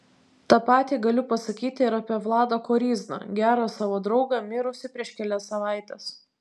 tą patį galiu pasakyti ir apie vladą koryzną gerą savo draugą mirusį prieš kelias savaites